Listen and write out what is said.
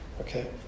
okay